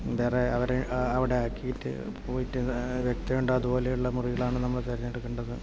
വേറെ അവരെ അവിടെ ആക്കിയിട്ട് പോയിട്ട് അതുപോലെയുള്ള മുറികളാണ് നമ്മൾ തിരഞ്ഞെടുക്കേണ്ടത്